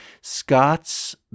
Scott's